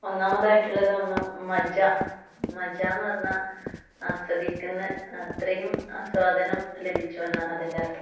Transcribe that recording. ഒന്നാമതായിട്ടുള്ളത് ഒന്ന് മജ മജാന്ന് പറഞ്ഞ ആസ്വദിക്കുന്ന അത്രയും ആസ്വാദനം ലഭിച്ചു എന്നാണ് അതിൻ്റെ അർത്ഥം